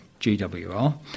GWR